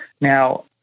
Now